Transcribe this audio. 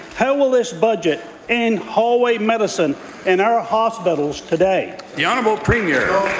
how will this budget end hallway medicine in our ah hospitals today? the and but premier